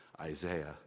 Isaiah